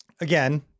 Again